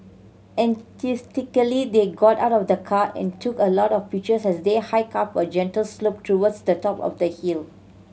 enthusiastically they got out of the car and took a lot of pictures as they hiked up a gentle slope towards the top of the hill